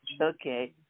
Okay